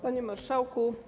Panie Marszałku!